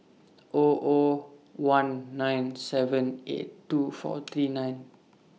O O one nine seven eight two four three nine